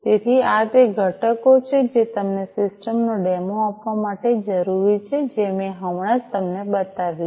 તેથી આ તે ઘટકો છે જે તમને સિસ્ટમ નો ડેમો આપવા માટે જરૂરી છે જે મેં હમણાં જ તમને બતાવ્યું છે